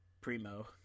Primo